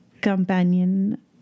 companion